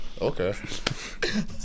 Okay